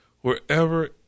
wherever